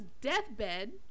deathbed